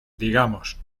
digamos